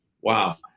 wow